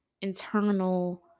internal